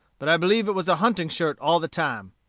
but i believe it was a hunting-shirt all the time.